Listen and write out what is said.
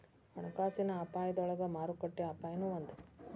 ಹಣಕಾಸಿನ ಅಪಾಯದೊಳಗ ಮಾರುಕಟ್ಟೆ ಅಪಾಯನೂ ಒಂದ್